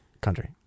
Country